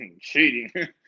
cheating